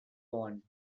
won